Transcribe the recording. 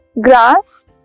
Grass